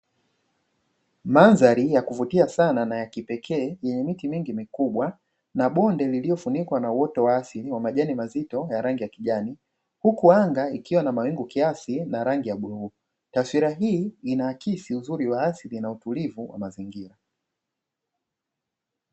Mandhari ya kuvutia sana na yakipekee yenye miti mingi mikubwa na bonde lililo funikwa na uoto wa asili wenye majani mazito ya rangi ya kijani, huku anga ikiwa na mawingu kiasi na rangi ya bluu. Taswira hii inahakisi uzuri wa asili na utulivu wa mazingira